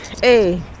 hey